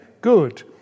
good